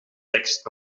tekst